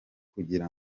kugira